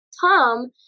Tom